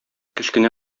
кечкенә